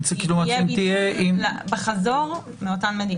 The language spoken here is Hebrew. -- יהיה בידוד בחזור מאותן מדינות.